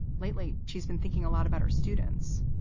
lately, she's been thinking a lot about her students.